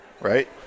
right